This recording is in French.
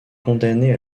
condamné